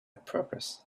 purpose